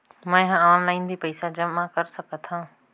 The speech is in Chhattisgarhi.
मैं ह ऑनलाइन भी पइसा जमा कर सकथौं?